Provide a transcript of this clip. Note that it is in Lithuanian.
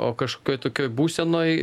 o kažkokioj tokioj būsenoj